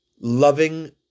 loving